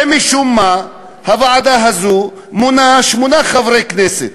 ומשום מה, הוועדה הזו מונה שמונה חברי כנסת: